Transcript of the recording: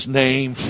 name